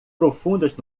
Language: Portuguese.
profundas